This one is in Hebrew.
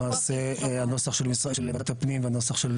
למעשה הנוסח של ועדת הפנים והנוסח של